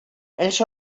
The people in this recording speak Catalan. els